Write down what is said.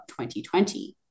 2020